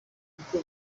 kuko